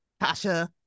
Tasha